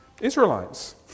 Israelites